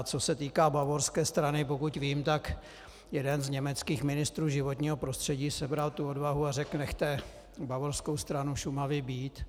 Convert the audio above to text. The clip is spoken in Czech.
Co se týká bavorské strany, tak pokud vím, jeden z německých ministrů životního prostředí sebral tu odvahu a řekl: Nechte bavorskou stranu Šumavy být.